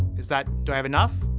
is that. do i have enough?